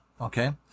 Okay